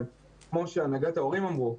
כמו שהנהגת ההורים אמרו,